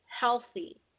healthy